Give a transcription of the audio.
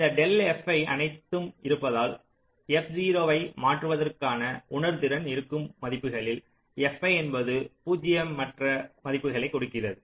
இந்த del fi அனைத்தும் இருந்தால் f0 ஐ மாற்றுவதற்கான உணர்திறன் இருக்கும் மதிப்புகளில் fi என்பது பூஜ்யமற்ற மதிப்புகளைக் கொடுக்கிறது